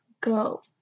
go